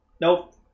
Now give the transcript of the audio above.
Nope